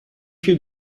viel